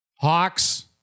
Hawks